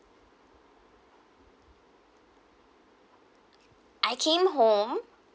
I came home